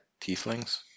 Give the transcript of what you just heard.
Tieflings